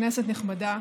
כנסת נכבדה,